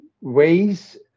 ways